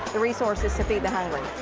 the resources to feed the hungry.